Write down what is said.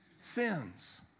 sins